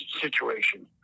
situation